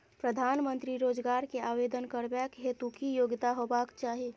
प्रधानमंत्री रोजगार के आवेदन करबैक हेतु की योग्यता होबाक चाही?